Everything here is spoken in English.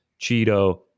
Cheeto